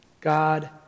God